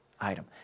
item